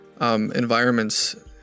environments